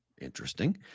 Interesting